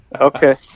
okay